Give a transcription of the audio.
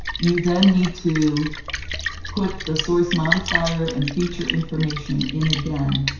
you then need to put the source modifier and feature information in again.